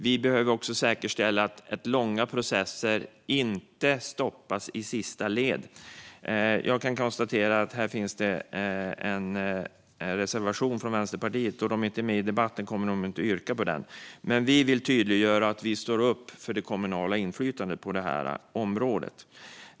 Vi behöver också säkerställa att långa processer inte stoppas i sista ledet. Jag kan konstatera att här finns en reservation från Vänsterpartiet, men då de inte är med i debatten kommer de inte att yrka bifall till den. Men vi vill tydliggöra att vi står upp för det kommunala inflytandet på det här området.